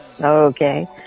Okay